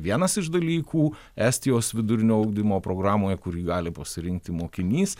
vienas iš dalykų estijos vidurinio ugdymo programoje kur gali pasirinkti mokinys